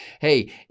hey